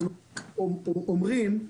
אנחנו אומרים,